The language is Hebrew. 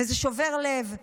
וזה שובר לב.